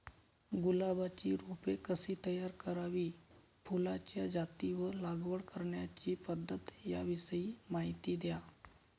गुलाबाची रोपे कशी तयार करावी? फुलाच्या जाती व लागवड करण्याची पद्धत याविषयी माहिती द्या